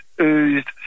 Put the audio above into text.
oozed